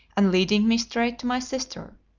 and leading me straight to my sister.